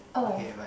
oh